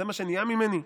זה מה שנהיה ממני.